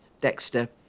Dexter